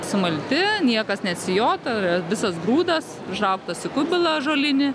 sumalti niekas neatsijota visas grūdas užraugtas į kubilą ąžuolinį